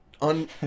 On